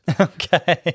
okay